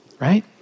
Right